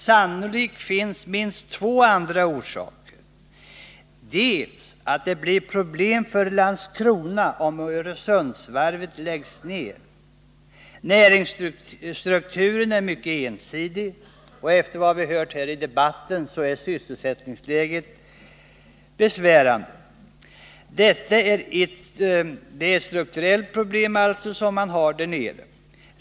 Sannolikt finns det minst två andra orsaker. 5 juni 1980 Den ena orsaken är att det blir problem för Landskrona om Öresundsvarvet läggs ner. Näringsstrukturen är mycket ensidig. Efter vad vi har hört här i debatten är sysselsättningsläget besvärande. Detta är ett strukturellt problem.